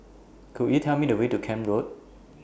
Could YOU Tell Me The Way to Camp Road